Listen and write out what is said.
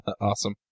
Awesome